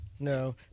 No